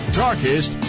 darkest